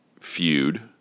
feud